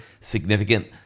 significant